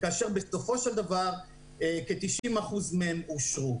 כאשר בסופו של דבר כ-90% מהם אושרו.